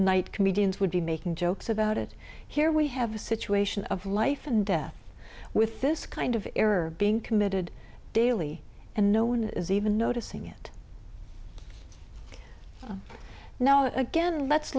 night comedians would be making jokes about it here we have a situation of life and death with this kind of error being committed daily and no one is even noticing it now again let's